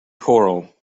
choral